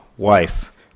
Wife